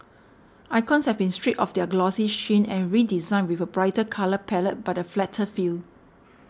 icons have been stripped of their glossy sheen and redesigned with a brighter colour palette but a flatter feel